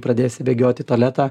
pradėsi bėgiot į tualetą